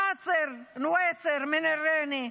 נאסר נויסרי מרינה,